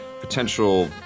potential